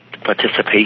participation